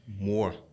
more